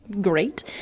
Great